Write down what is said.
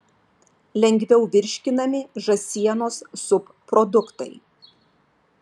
lengviau virškinami žąsienos subproduktai